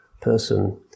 person